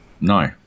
no